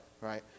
right